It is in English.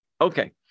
Okay